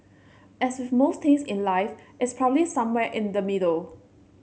as with most things in life it's probably somewhere in the middle